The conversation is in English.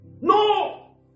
No